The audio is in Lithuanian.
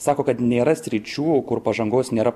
sako kad nėra sričių kur pažangos nėra